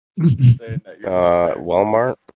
walmart